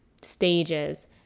stages